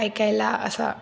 ऐकायला असा